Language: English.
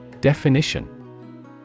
DEFINITION